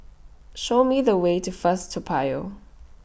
Show Me The Way to First Toa Payoh